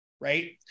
right